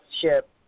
ship